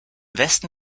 westen